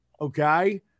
okay